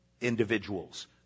individuals